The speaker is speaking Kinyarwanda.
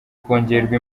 kongerwa